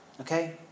Okay